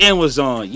Amazon